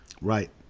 Right